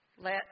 Let